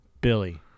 Billy